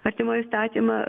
artimoj įstatymą